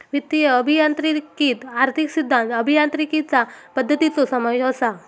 वित्तीय अभियांत्रिकीत आर्थिक सिद्धांत, अभियांत्रिकीचा पद्धतींचो समावेश असा